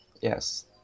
yes